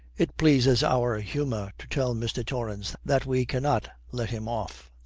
it pleases our humour to tell mr. torrance that we cannot let him off.